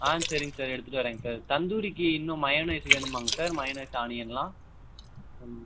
ஆ சரிங்க சார் எடுத்துகிட்டு வரேங்க சார் தந்தூரிக்கு இன்னும் மயோனைஸ் வேணுமாங்க சார் மயோனைஸ் ஆனியன்லாம்